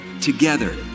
Together